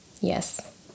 Yes